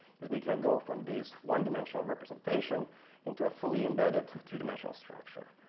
is we can go from this one-dimensional representation into a fully-embedded three-dimensional structure.